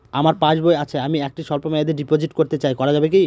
আমার পাসবই আছে আমি একটি স্বল্পমেয়াদি ডিপোজিট করতে চাই করা যাবে কি?